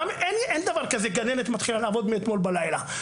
אין דבר כזה גננת מתחילה לעבוד מאתמול בלילה.